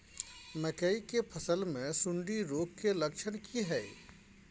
मकई के फसल मे सुंडी रोग के लक्षण की हय?